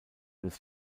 des